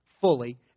Fully